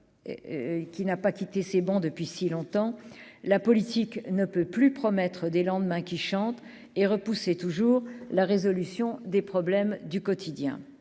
qui n'a pas quitté c'est bon depuis si longtemps, la politique ne peut plus promettre des lendemains qui chantent et repousser toujours la résolution des problèmes du quotidien,